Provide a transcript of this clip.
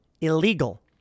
illegal